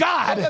God